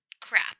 crap